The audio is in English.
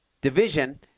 division